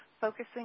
focusing